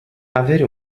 avere